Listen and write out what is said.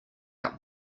out